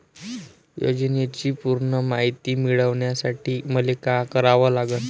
योजनेची पूर्ण मायती मिळवासाठी मले का करावं लागन?